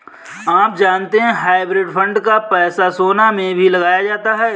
आप जानते है हाइब्रिड फंड का पैसा सोना में भी लगाया जाता है?